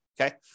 okay